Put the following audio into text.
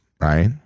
right